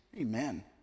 amen